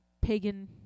pagan